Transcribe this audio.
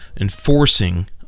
enforcing